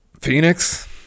Phoenix